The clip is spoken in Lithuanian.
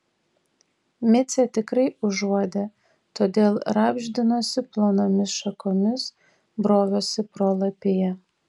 micė tikrai užuodė todėl rabždinosi plonomis šakomis brovėsi pro lapiją